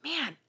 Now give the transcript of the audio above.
man